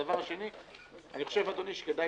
הדבר השני, אדוני, אני לא חושב שצריך